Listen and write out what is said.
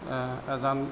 এজন